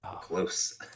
close